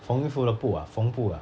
缝衣服的补啊缝补啊